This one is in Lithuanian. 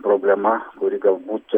problema kuri galbūt